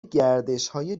گردشهای